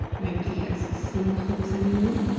nobody gets smallpox anymore